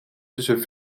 tussen